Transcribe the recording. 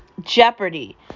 jeopardy